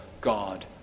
God